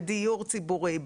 בדיור ציבורי,